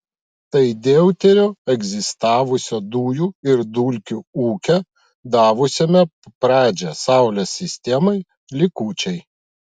tai deuterio egzistavusio dujų ir dulkių ūke davusiame pradžią saulės sistemai likučiai